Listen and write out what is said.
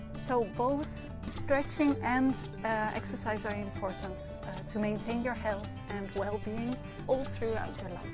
so both stretching and exercise are important but to maintain your health and well-being all throughout